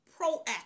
proactive